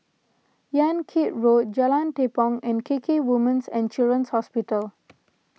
Yan Kit Road Jalan Tepong and K K Women's and Children's Hospital